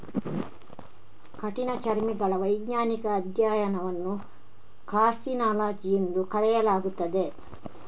ಕಠಿಣಚರ್ಮಿಗಳ ವೈಜ್ಞಾನಿಕ ಅಧ್ಯಯನವನ್ನು ಕಾರ್ಸಿನಾಲಜಿ ಎಂದು ಕರೆಯಲಾಗುತ್ತದೆ